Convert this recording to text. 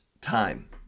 time